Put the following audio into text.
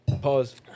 Pause